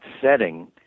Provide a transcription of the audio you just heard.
setting